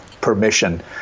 permission